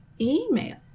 email